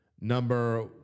number